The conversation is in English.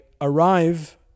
arrive